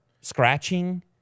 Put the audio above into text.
scratching